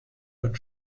bonne